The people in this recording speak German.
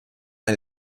ein